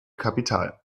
kapital